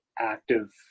active